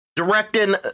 Directing